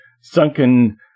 sunken